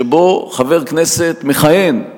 שבו חבר כנסת מכהן,